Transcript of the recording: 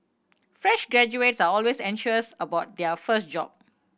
fresh graduates are always anxious about their first job